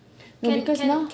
no because now